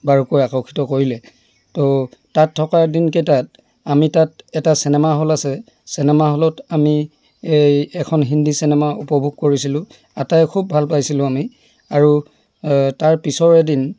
বাৰুকৈ আকৰ্ষিত কৰিলে তো তাত থকা দিনকেইটাত আমি তাত এটা চেনেমা হল আছে চেনেমা হলত আমি এই এখন হিন্দী চেনেমা উপভোগ কৰিছিলোঁ আটায়ে খুব ভাল পাইছিলোঁ আমি আৰু তাৰ পিছৰ এদিন